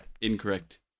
Incorrect